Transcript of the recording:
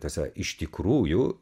tiesa iš tikrųjų